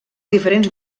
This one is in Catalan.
diferents